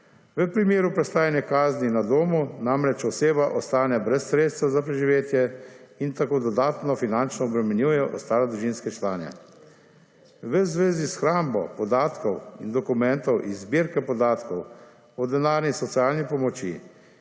V primeru prestajanja kazni na domu namreč oseba ostane brez sredstev za preživetje in tako dodatno finančno obremenjuje ostale družinske člane. V zvezi s hrambo podatkov in dokumentov iz zbirke podatkov o denarni socialni pomoči